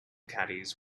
caddies